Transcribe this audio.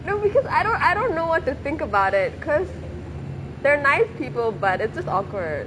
no because I don't I don't know what to think about it because they're nice people but it's just awkward